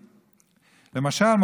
למשל,